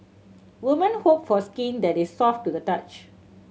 women hope for skin that is soft to the touch